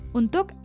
untuk